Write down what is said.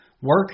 Work